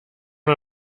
man